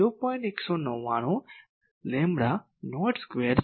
199 lambda naught square છે